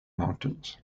mountains